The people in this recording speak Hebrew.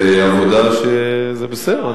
זה עבודה שזה בסדר.